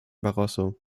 barroso